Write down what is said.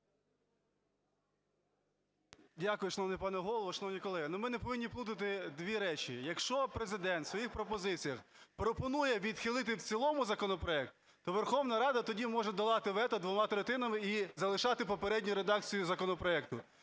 Дякую, шановний пане Голово. Шановні колеги, ну, ми не повинні плутати дві речі. Якщо Президент в своїх пропозиціях пропонує відхилити в цілому законопроект, то Верховна Рада тоді може долати вето двома третинами і залишати попередню редакцію законопроекту.